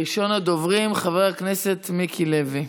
ראשון הדוברים, חבר הכנסת מיקי לוי.